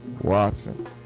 Watson